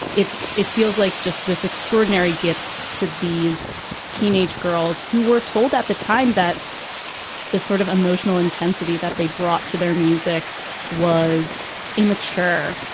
it's it feels like just this extraordinary gift to these teenage girls who were told at the time that this sort of emotional intensity that they brought to their music was immature.